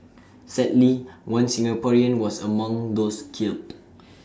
sadly one Singaporean was among those killed